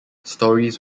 stories